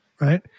right